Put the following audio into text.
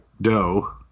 dough